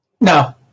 No